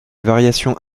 variations